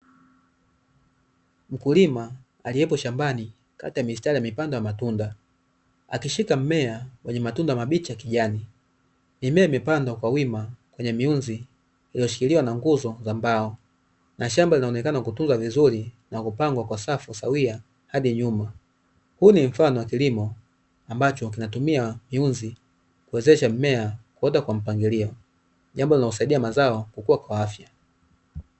Mkulima aliyepo shambani kati ya mistari ameipanda matunda akishika mmea wenye matunda mabichi ya kijani. Mimea imepandwa kwa wima kwenye miunzi iliyoshkiliwa na nguzo za mbao, na shamba linaonekana kutunzwa vizuri na kupangwa kwa safu sawia hadi nyuma, huu ni mfano wa kilimo ambacho kinatumia miunzi kuwezesha mimeo kuota kwa mpangilio, jambo linalosaidia mazao kukua kwa afya.